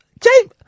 James